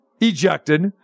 ejected